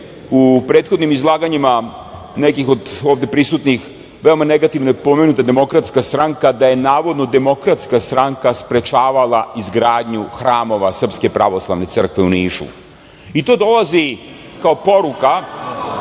u prethodnim izlaganjima nekih od ovde prisutnih veoma negativno je pomenuta Demokratska stranka, da je navodno Demokratska stranka sprečavala izgradnju hramova Srpske pravoslavne crkve u Nišu. I to dolazi kao poruka…U